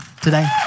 today